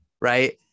right